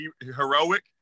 heroic